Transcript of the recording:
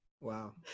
Wow